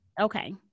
okay